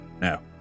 Now